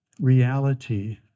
reality